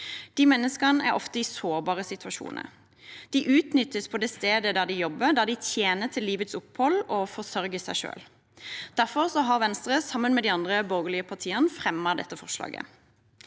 Disse menneskene er ofte i sårbare situasjoner. De utnyttes på det stedet der de jobber, der de tjener til livets opphold og forsørger seg selv. Derfor har Venstre, sammen med de andre borgerlige partiene, fremmet dette forslaget.